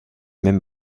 même